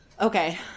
Okay